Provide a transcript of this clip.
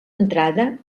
entrada